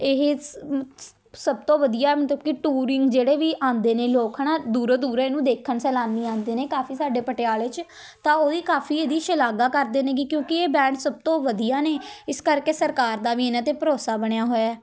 ਇਹ ਸਭ ਤੋਂ ਵਧੀਆ ਮਤਲਬ ਕਿ ਟੂਰਿੰਗ ਜਿਹੜੇ ਵੀ ਆਉਂਦੇ ਨੇ ਲੋਕ ਹੈ ਨਾ ਦੂਰੋਂ ਦੂਰੋਂ ਇਹਨੂੰ ਦੇਖਣ ਸੈਲਾਨੀ ਆਉਂਦੇ ਨੇ ਕਾਫ਼ੀ ਸਾਡੇ ਪਟਿਆਲੇ 'ਚ ਤਾਂ ਉਹਦੀ ਕਾਫ਼ੀ ਇਹਦੀ ਸ਼ਲਾਘਾ ਕਰਦੇ ਨੇ ਗੇ ਕਿਉਂਕਿ ਇਹ ਬੈਂਡ ਸਭ ਤੋਂ ਵਧੀਆ ਨੇ ਇਸ ਕਰਕੇ ਸਰਕਾਰ ਦਾ ਵੀ ਇਹਨਾਂ 'ਤੇ ਭਰੋਸਾ ਬਣਿਆ ਹੋਇਆ